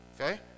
okay